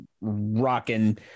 rocking